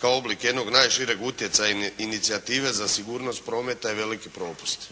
kao oblik jednog najšireg utjecaja i inicijative za sigurnost prometa je veliki propust.